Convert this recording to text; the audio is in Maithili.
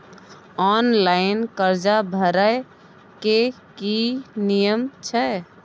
ऑनलाइन कर्जा भरै के की नियम छै?